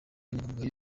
inyangamugayo